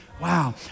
Wow